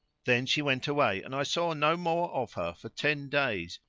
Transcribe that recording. then she went away and i saw no more of her for ten days,